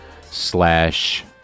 slash